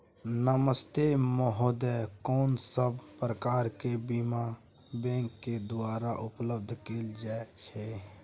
नमस्ते महोदय, कोन सब प्रकार के बीमा बैंक के द्वारा उपलब्ध कैल जाए छै?